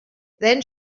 then